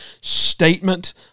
statement